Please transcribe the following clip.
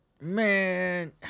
man